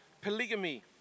polygamy